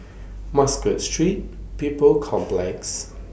Muscat Street People's Complex